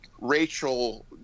Rachel